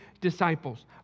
disciples